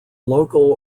local